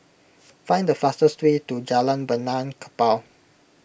find the fastest way to Jalan Benaan Kapal